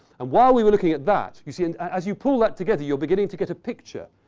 and while we were looking at that, you see, and as you pull that together you're beginning to get a picture,